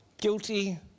guilty